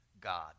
God